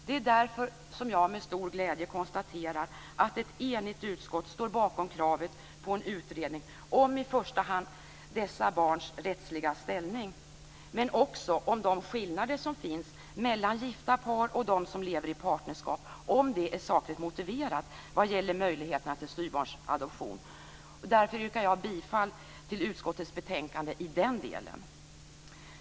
Det är därför som jag med stor glädje konstaterar att ett enigt utskott står bakom kravet på en utredning om i första hand dessa barns rättsliga ställning. Utredningen skall också ta upp om de skillnader som finns mellan gifta par och par som lever i partnerskap är sakligt motiverade vad gäller möjligheterna till styvbarnsadoption. Därför yrkar jag bifall till hemställan i utskottets betänkande i den delen.